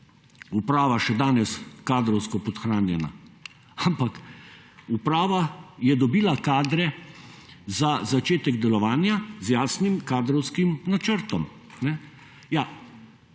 uprava še danes kadrovsko podhranjena, ampak uprava je dobila kadre za začetek delovanja z jasnim kadrovskim načrtom.